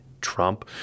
Trump